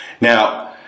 Now